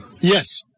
Yes